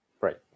Right